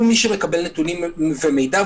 הוא מי שמקבל נתונים ומידע,